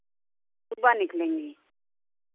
सुबह निकलेंगी